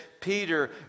Peter